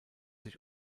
sich